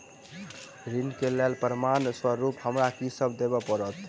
ऋण केँ लेल प्रमाण स्वरूप हमरा की सब देब पड़तय?